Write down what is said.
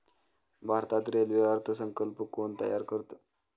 भारतात रेल्वे अर्थ संकल्प कोण तयार करतं?